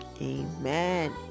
Amen